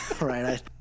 Right